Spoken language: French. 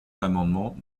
l’amendement